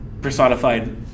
personified